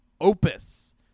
Opus